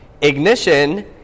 ignition